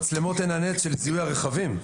מצלמות עין הנץ של זיהוי רכבים,